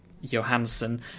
Johansson